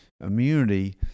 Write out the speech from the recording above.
immunity